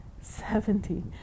Seventy